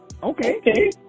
Okay